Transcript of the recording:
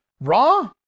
Raw